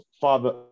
Father